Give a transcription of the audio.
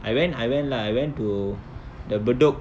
I went I went lah I went to the bedok